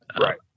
Right